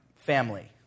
family